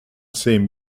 same